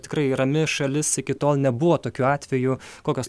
tikrai rami šalis iki tol nebuvo tokių atvejų kokios